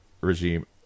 regime